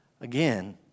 Again